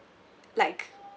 like